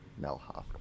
Melhoff